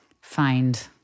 find